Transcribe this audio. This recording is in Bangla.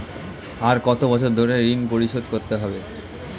আর কত বছর ধরে ঋণ পরিশোধ করতে হবে?